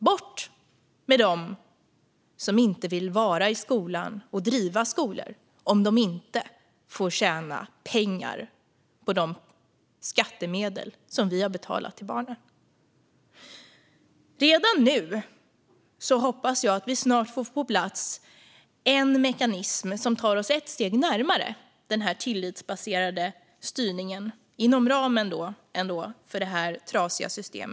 Bort med dem som inte vill vara i skolan och driva skolor om de inte får tjäna pengar på de skattemedel som vi har avsatt till barnen! Jag hoppas att vi snart får på plats en mekanism som tar oss ett steg närmare denna tillitsbaserade styrning inom ramen för detta trasiga system.